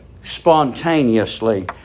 spontaneously